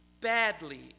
badly